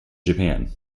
japan